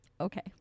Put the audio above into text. Okay